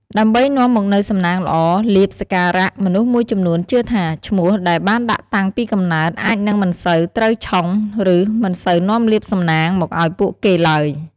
ដើម្បីនាំមកនូវសំណាងល្អ លាភ សក្ការៈ មនុស្សមួយចំនួនជឿថាឈ្មោះដែលបានដាក់តាំងពីកំណើត អាចនឹងមិនសូវត្រូវឆុង ឬមិនសូវនាំលាភសំណាងមកឲ្យពួកគេឡើយ។